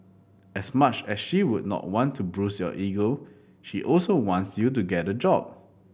as much as she would not want to bruise your ego she also wants you to get a job